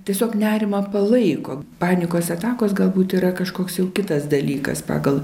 tiesiog nerimą palaiko panikos atakos galbūt yra kažkoks jau kitas dalykas pagal